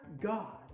God